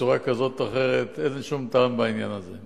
בצורה כזאת או אחרת, אין שום טעם בעניין הזה.